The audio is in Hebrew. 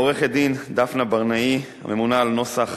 עורכת-הדין דפנה ברנאי, הממונה על נוסח